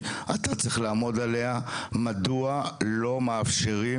אתה צריך לעמוד עליה מדוע לא מאפשרים